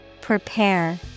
Prepare